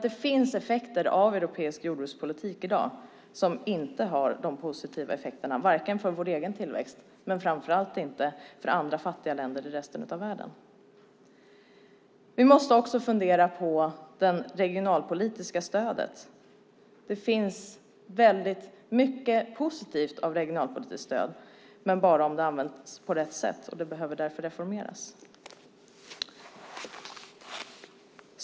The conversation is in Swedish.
Det finns effekter av europeisk jordbrukspolitik i dag som inte är positiva för vare sig vår egen tillväxt eller andra fattiga länder i resten av världen. Vi måste också fundera på det regionalpolitiska stödet. Det finns mycket positivt i regionalpolitiskt stöd, men bara om det används på rätt sätt. Det behöver därför reformeras.